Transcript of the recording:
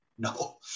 No